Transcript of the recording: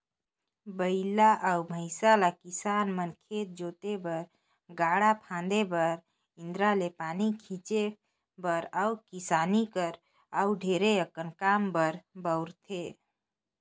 बइला अउ भंइसा ल किसान मन खेत जोते बर, गाड़ा फांदे बर, इन्दारा ले पानी घींचे बर अउ किसानी कर अउ ढेरे अकन काम बर बउरथे